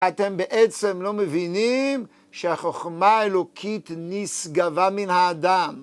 אתם בעצם לא מבינים שהחוכמה האלוקית נשגבה מן האדם.